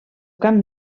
camp